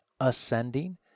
ascending